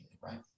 right